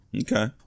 Okay